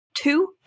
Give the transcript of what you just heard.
Two